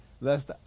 lest